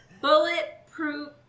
Bulletproof